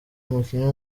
umukinnyi